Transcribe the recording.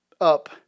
up